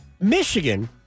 Michigan